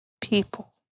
people